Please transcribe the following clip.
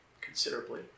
considerably